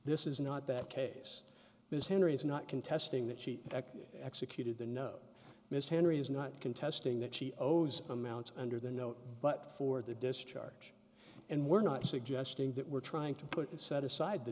this is not that case because henry is not contesting that she executed the no misandry is not contesting that she owes amounts under the note but for the discharge and we're not suggesting that we're trying to put it set aside the